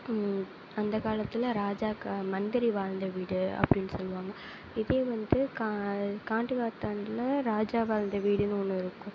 அந்த காலத்தில் ராஜா மந்திரி வாழ்ந்த வீடு அப்டின்னு சொல்வாங்க இதே வந்து கான்டிவாத்தாண்டில் ராஜா வாழ்ந்த வீடுனு ஒன்று இருக்கும்